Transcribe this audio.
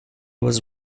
was